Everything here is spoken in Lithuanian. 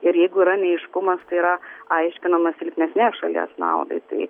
ir jeigu yra neaiškumas tai yra aiškinama silpnesnės šalies naudai tai